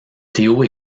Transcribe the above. théo